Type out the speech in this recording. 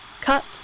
Cut